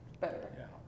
better